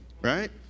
right